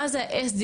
מה זה ה-SDG,